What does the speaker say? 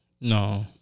No